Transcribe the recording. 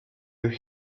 were